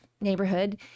neighborhood